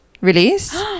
release